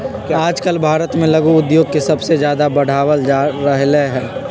आजकल भारत में लघु उद्योग के सबसे ज्यादा बढ़ावल जा रहले है